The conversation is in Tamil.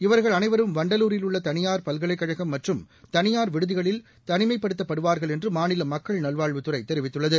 இவர்கள் அனைவரும் வண்டலூரில் உள்ள தனியார் பல்கலைக்கழகம் மற்றும் தனியார் விடுதிகளில் தனிமைப்படுத்தப்படுவார்கள் என்று மாநில மக்கள் நல்வாழ்வுத்துறை தெரிவித்துள்ளது